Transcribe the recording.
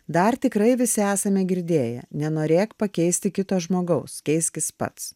dar tikrai visi esame girdėję nenorėk pakeisti kito žmogaus keiskis pats